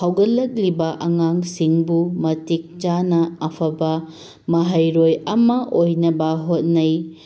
ꯍꯧꯒꯠꯂꯛꯂꯤꯕ ꯑꯉꯥꯡꯁꯤꯡꯕꯨ ꯃꯇꯤꯛ ꯆꯥꯅ ꯑꯐꯕ ꯃꯍꯩꯔꯣꯏ ꯑꯃ ꯑꯣꯏꯅꯕ ꯍꯣꯠꯅꯩ